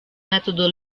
metodo